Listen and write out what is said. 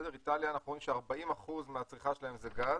רואים ש-40% מהצריכה באיטליה זה גז,